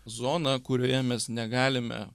zoną kurioje mes negalime